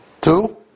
Two